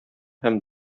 һәм